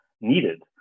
needed